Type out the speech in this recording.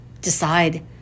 decide